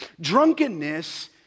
Drunkenness